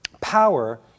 power